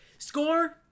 Score